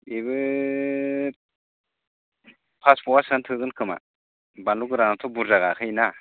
बेबो फास फवा सोयानो थोगोन खोमा बानलु गोरानाथ' बुरजा गाखोयोना